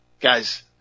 Guys